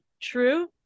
true